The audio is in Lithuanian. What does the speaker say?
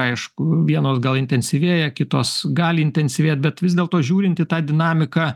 aišku vienos gal intensyvėja kitos gali intensyvėt bet vis dėlto žiūrint į tą dinamiką